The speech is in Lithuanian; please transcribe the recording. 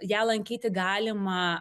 ją lankyti galima